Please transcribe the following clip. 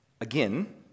Again